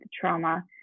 trauma